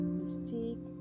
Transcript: mistake